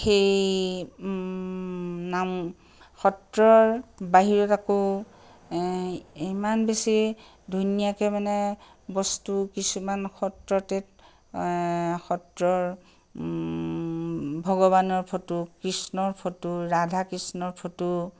সেই নাম সত্ৰৰ বাহিৰত আকৌ ইমান বেছি ধুনীয়াকৈ মানে বস্তু কিছুমান সত্ৰতে সত্ৰৰ ভগৱানৰ ফটো কৃষ্ণৰ ফটো ৰাধা কৃষ্ণৰ ফটো